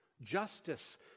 justice